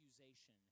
accusation